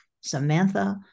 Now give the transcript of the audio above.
Samantha